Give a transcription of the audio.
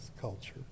culture